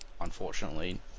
Unfortunately